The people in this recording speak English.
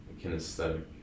kinesthetic